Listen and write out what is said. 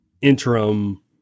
interim